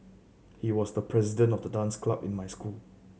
he was the president of the dance club in my school